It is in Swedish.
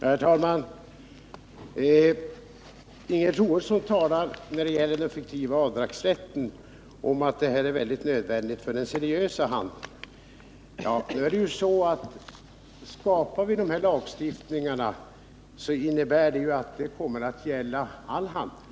Herr talman! Ingegerd Troedsson sade i fråga om den fiktiva avdragsrätten att ändringen är nödvändig för den seriösa handeln. Men om den här lagstiftningen kommer till stånd, så innebär ju detta att den kommer att gälla all handel.